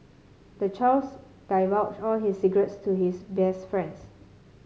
the child's divulged all his secrets to his best friends